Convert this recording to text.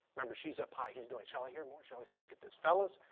remember, she's up high, he's doing shall i hear more, shall i speak at this? fellows,